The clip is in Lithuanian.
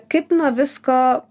kaip nuo visko